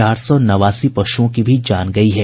चार सौ नवासी पशुओं की भी जान गयी हैं